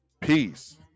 peace